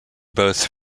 both